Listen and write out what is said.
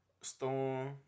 Storm